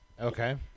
Okay